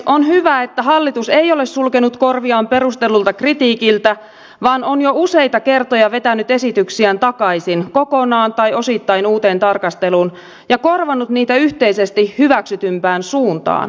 on hyvä että hallitus ei ole sulkenut korviaan perustellulta kritiikiltä vaan on jo useita kertoja vetänyt esityksiään takaisin kokonaan tai osittain uuteen tarkasteluun ja korvannut niitä yhteisesti hyväksytympään suuntaan